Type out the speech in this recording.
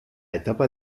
etapa